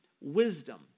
wisdom